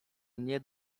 nie